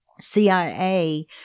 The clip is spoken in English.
CIA